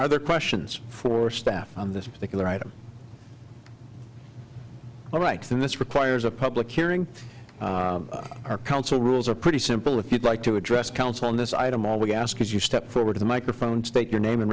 other questions for staff on this particular item like this requires a public hearing or council rules are pretty simple if you'd like to address council on this item all we ask is you step forward the microphone state your name and